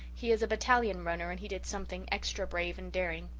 he is a battalion runner and he did something extra brave and daring.